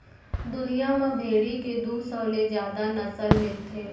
दुनिया म भेड़ी के दू सौ ले जादा नसल मिलथे